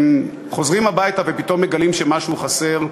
הם חוזרים הביתה, ופתאום מגלים שמשהו חסר,